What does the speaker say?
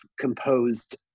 composed